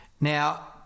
Now